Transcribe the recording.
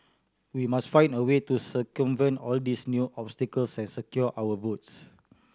we must find a way to circumvent all these new obstacles and secure our votes